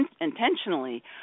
intentionally